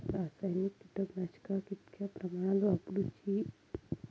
रासायनिक कीटकनाशका कितक्या प्रमाणात वापरूची?